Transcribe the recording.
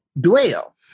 dwell